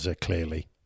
clearly